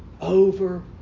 over